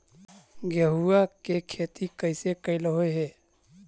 गेहूआ के खेती कैसे कैलहो हे?